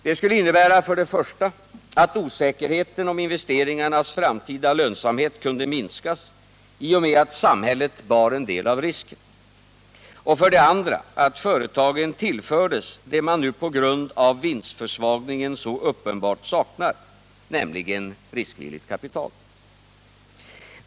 Det skulle innebära för det första att osäkerheten om investeringarnas framtida lönsamhet minskade i och med att samhället bar en del av risken och för det andra att företagen tillfördes det man nu på grund av vinstförsvagningen så uppenbart saknar, nämligen riskvilligt kapital.